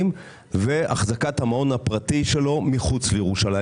ואחזקת המעון הפרטי שלו מחוץ לירושלים.